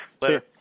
later